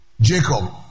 Jacob